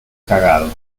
cagado